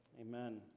Amen